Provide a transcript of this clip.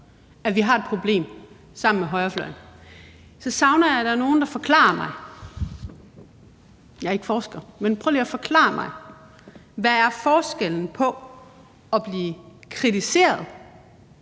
at vi har et problem, sammen med højrefløjen, at der er nogen, der forklarer mig – jeg er ikke forsker, men prøv lige at forklare mig det – hvad forskellen er på at blive kritiseret